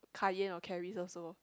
Kai-yen or Carrie also